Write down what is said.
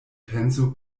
penso